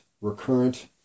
recurrent